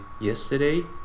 yesterday